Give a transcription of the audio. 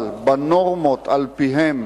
אבל בנורמות שעל-פיהן